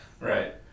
Right